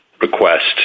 request